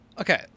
Okay